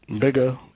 bigger